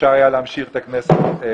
אפשר היה להמשיך את הכנסת עד תומה.